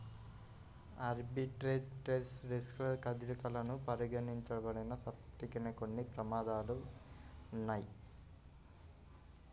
arbitrage trades riskless కదలికలను పరిగణించబడినప్పటికీ, కొన్ని ప్రమాదాలు ఉన్నయ్యి